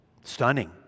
Stunning